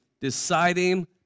deciding